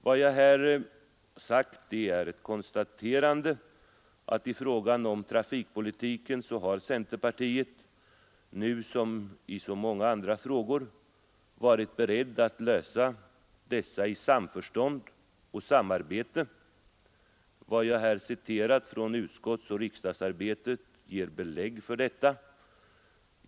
Vad jag här sagt är ett konstaterande att i frågan om trafikpolitiken har centerpartiet nu — som i så många andra frågor — varit berett att lösa problemen i samförstånd och samarbete. Vad jag här citerat från utskottsoch riksdagsarbetet ger belägg för detta.